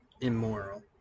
immoral